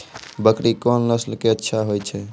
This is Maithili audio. बकरी कोन नस्ल के अच्छा होय छै?